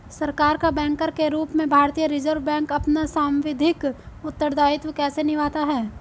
सरकार का बैंकर के रूप में भारतीय रिज़र्व बैंक अपना सांविधिक उत्तरदायित्व कैसे निभाता है?